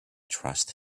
trust